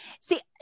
see